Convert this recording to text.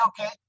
okay